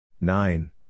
Nine